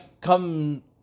come